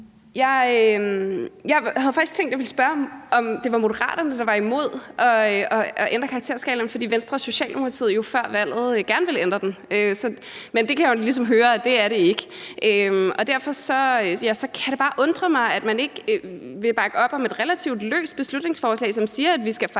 Jeg havde faktisk tænkt, at jeg ville spørge, om det var Moderaterne, der var imod at ændre karakterskalaen, fordi Venstre og Socialdemokratiet jo før valget gerne ville ændre den. Men det kan jeg ligesom høre at det ikke er. Derfor kan det bare undre mig, at man ikke vil bakke op om et relativt løst beslutningsforslag, som siger, at vi skal forhandle